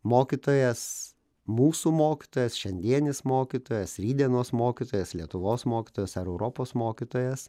mokytojas mūsų mokytojas šiandienis mokytojas rytdienos mokytojas lietuvos mokytojas ar europos mokytojas